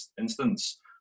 instance